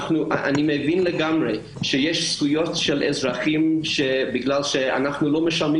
אני מבין לגמרי שיש זכויות של אזרחים בגלל שאנחנו לא משלמים